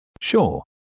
Sure